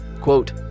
quote